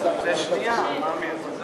הרשויות המקומיות